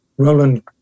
Roland